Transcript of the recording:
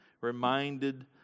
reminded